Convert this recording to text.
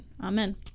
Amen